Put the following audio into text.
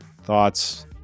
thoughts